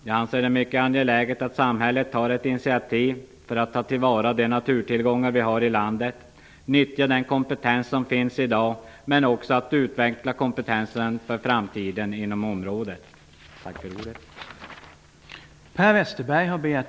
Jag anser det mycket angeläget att samhället tar initiativ för att ta till vara de naturtillgångar som finns i landet, för att nyttja den kompetens som finns i dag och för att för framtiden utveckla kompetensen inom området.